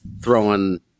throwing